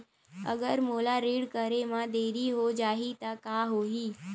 अगर मोला ऋण करे म देरी हो जाहि त का होही?